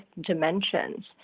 dimensions